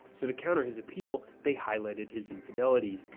so to counter his appeal, they highlighted his infidelities,